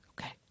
Okay